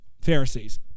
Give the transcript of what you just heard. Pharisees